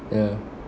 ya